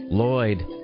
Lloyd